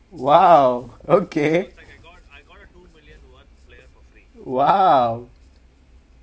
!wow! okay !wow!